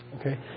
okay